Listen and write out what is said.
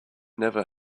never